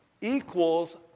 equals